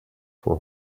for